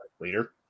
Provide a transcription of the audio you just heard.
later